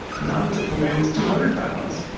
now the typical man is two hundred pounds,